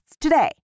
today